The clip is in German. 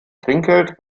trinkgeld